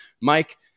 Mike